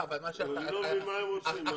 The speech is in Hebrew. אני לא מבין מה הם רוצים,